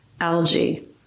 algae